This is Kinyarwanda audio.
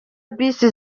bisi